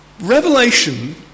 Revelation